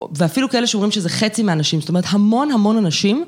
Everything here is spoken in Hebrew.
ואפילו כאלה שאומרים שזה חצי מהאנשים, זאת אומרת המון המון אנשים.